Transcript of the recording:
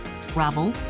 travel